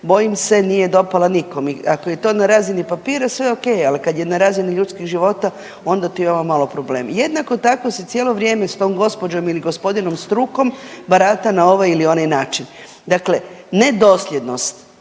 bojim se nije dopala nikom i ako je to na razini papira sve ok, ali je na razini ljudskih života onda ti je ovo malo problem. Jednako tako se cijelo vrijeme s tom gospođom ili gospodinom strukom barata na ovaj ili onaj način. Dakle, nedosljednost